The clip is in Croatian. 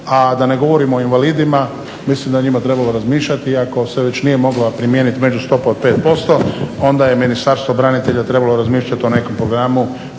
a da ne govorim o invalidima. Mislim da je o njima trebalo razmišljati. I ako se već nije mogla primijeniti među stopa od 5% onda je Ministarstvo branitelja trebalo razmišljati o nekom programu